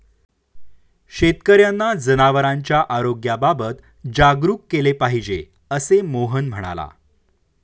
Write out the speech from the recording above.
शेतकर्यांना जनावरांच्या आरोग्याबाबत जागरूक केले पाहिजे, असे मोहन म्हणाला